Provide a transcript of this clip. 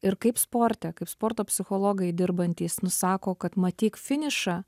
ir kaip sporte kaip sporto psichologai dirbantys nusako kad matyk finišą